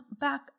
back